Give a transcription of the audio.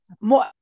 more